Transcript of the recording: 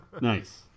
Nice